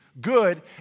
Good